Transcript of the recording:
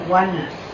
oneness